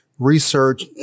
research